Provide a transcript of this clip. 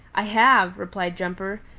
i have, replied jumper.